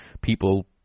people